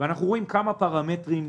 אנחנו רואים כמה פרמטרים גרועים: